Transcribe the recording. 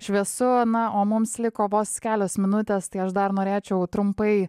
šviesu na o mums liko vos kelios minutės tai aš dar norėčiau trumpai